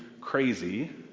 crazy